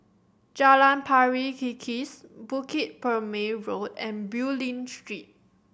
Jalan Pari Kikis Bukit Purmei Road and Bulim Street